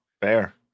Fair